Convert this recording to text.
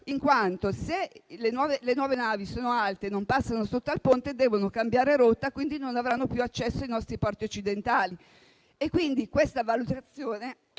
in quanto, se le nuove navi sono alte e non passano sotto al ponte, devono cambiare rotta, quindi non avranno più accesso ai nostri porti occidentali. Questa valutazione